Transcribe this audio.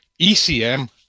ECM